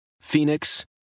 Phoenix